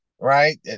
right